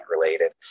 related